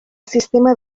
sistema